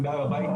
שתדעי,